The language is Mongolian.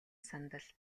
сандал